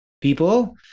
people